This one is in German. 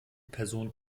person